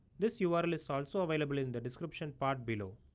this you know url is also available in the description part below.